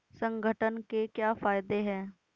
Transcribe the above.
संगठन के क्या फायदें हैं?